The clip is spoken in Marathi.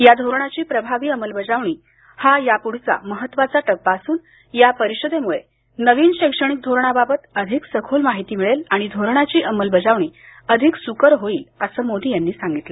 या धोरणाची प्रभावी अमलबजावणी हा यापुढचा महत्त्वाचा टप्पा असून या परिषदेमुळे नवीन शैक्षणिक धोरणाबाबत अधिक सखोल माहिती मिळेल आणि धोरणाची अमलबजावणी अधिक सुकर होईल असं मोदी म्हणाले